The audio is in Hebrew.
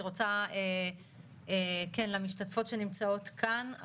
אני רוצה כן למשתתפות שנמצאות כאן,